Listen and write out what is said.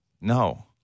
No